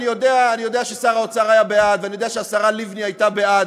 אני יודע ששר האוצר היה בעד ואני יודע שהשרה לבני הייתה בעד,